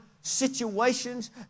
situations